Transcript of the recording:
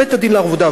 בית-הדין לעבודה,